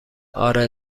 آره